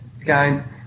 again